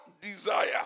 desire